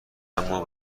اما